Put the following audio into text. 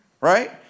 Right